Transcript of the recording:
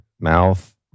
Mouth